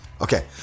Okay